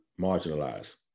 marginalized